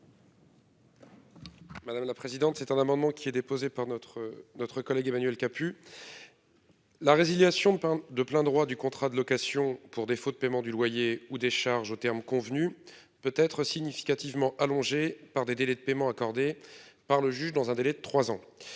Madame la présidente. C'est un amendement qui est déposé par notre notre collègue Emmanuel Capus. La résiliation de plein droit du contrat de location pour défaut de paiement du loyer ou des charges aux termes convenus peut être significativement allongé par des délais de paiement accordée par le juge dans un délai de 3 ans.